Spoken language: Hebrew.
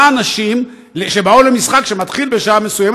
אנשים שבאו למשחק שמתחיל בשעה מסוימת,